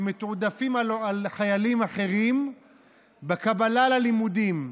שמתועדפים על חיילים אחרים בקבלה ללימודים.